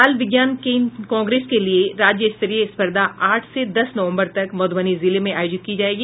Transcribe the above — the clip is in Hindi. बाल विज्ञान कांग्रेस के लिये राज्य स्तरीय स्पर्धा आठ से दस नवम्बर तक मधुबनी जिले में आयोजित की जायेगी